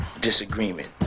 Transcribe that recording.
disagreement